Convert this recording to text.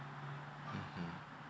mmhmm